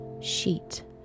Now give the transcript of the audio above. sheet